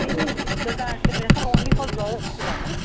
ਨਹੀਂ ਨਹੀਂ ਤਾਂ ਮੇਰਾ ਖਿਆਲ ਓਨਲੀ ਫਾਰ ਗਰਲਜ਼ ਹੈਗਾ ਨਾ